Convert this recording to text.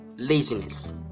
laziness